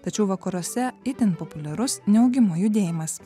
tačiau vakaruose itin populiarus neaugimo judėjimas